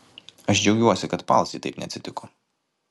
aš džiaugiuosi kad paalsy taip neatsitiko